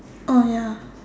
oh ya